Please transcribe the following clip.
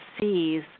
sees